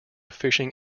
fishing